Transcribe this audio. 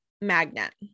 magnet